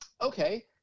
Okay